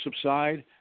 subside